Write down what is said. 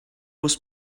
was